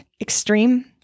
extreme